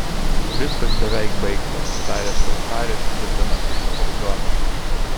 viskas beveik baigta tarė sau haris lipdamas iš furgono